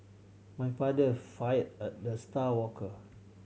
my father fired a the star worker